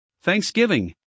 Thanksgiving